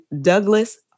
Douglas